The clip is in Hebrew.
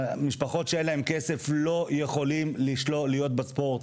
משפחות שאין להן כסף לא יכולים להיות בספורט.